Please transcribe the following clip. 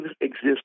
exist